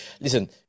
Listen